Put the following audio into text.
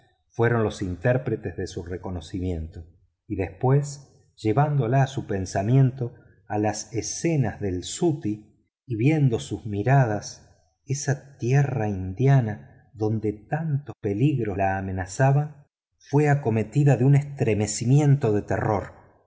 fueron los intérpretes de su reconocimiento y después llevándola su pensamiento a las escenas del sutty y viendo sus miradas esa tierra indígena donde tantos peligros la amenazaban fue acometida de un estremecimiento de terror